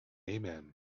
amen